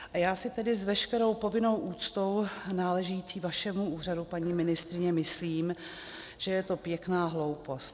A já si tedy s veškerou povinnou úctou náležející vašemu úřadu, paní ministryně, myslím, že je to pěkná hloupost.